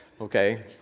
okay